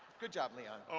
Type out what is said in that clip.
good job, leon.